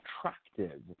attractive